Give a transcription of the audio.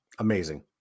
amazing